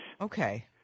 Okay